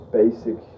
basic